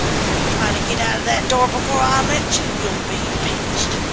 if you try to get out of that door before i let you, you'll be pinched.